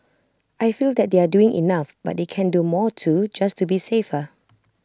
I feel that they are doing enough but they can do more too just to be safer